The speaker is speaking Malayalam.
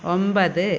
ഒമ്പത്